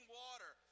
water